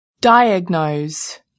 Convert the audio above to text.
diagnose